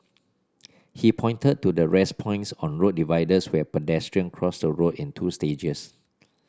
he pointed to the 'rest points' on road dividers where pedestrians cross the road in two stages